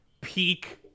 peak